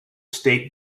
state